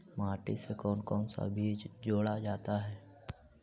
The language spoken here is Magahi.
माटी से कौन कौन सा बीज जोड़ा जाता है?